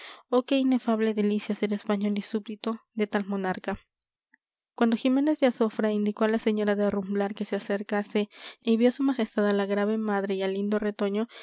oh qué inefable delicia ser español y súbdito de tal monarca cuando ximénez de azofra indicó a la señora de rumblar que se acercase y vio su majestad a la grave madre y al lindo retoño